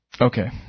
Okay